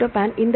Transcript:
tryptophan